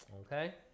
Okay